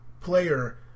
player